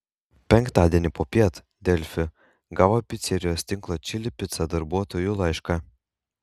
penktadienį popiet delfi gavo picerijos tinklo čili pica darbuotojų laišką